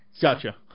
Gotcha